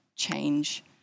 change